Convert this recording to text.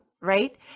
right